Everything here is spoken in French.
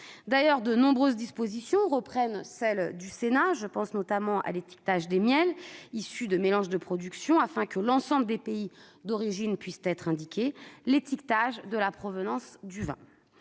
D'ailleurs, de nombreuses dispositions reprennent celles du Sénat. Je pense notamment à l'étiquetage des miels issus de mélange de productions afin que l'ensemble des pays d'origine soit indiqué ou à l'étiquetage de la provenance du vin.